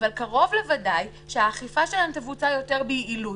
אבל קרוב לוודאי שהאכיפה שלהן תבוצע יותר ביעילות.